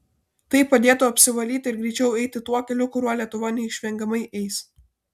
tai padėtų apsivalyti ir greičiau eiti tuo keliu kuriuo lietuva neišvengiamai eis